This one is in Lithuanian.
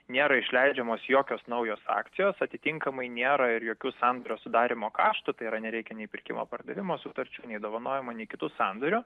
nėra išleidžiamos jokios naujos akcijos atitinkamai nėra ir jokių sandorio sudarymo karštų tai yra nereikia nei pirkimo pardavimo sutarčių nei dovanojimo nei kitų sandorių